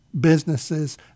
businesses